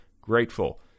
grateful